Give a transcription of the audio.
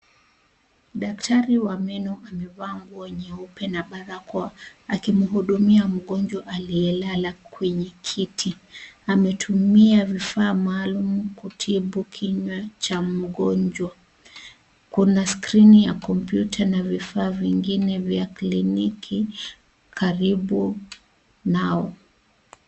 Daktari wa meno amevaa nguo nyeupe na barakoa akimhudumia mgonjwa aliyelala kwenye kiti, ametumia vifaa maalum kutibu kinywa cha mgonjwa. Kuna screen ya kompyuta na vifaa vingine vya kliniki karibu nao.